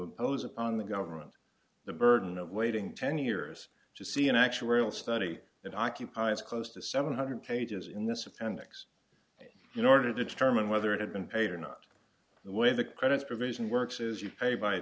impose upon the government the burden of waiting ten years to see an actuarial study that occupies close to seven hundred pages in this appendix you know to determine whether it had been paid or not the way the credits provision works is you pay by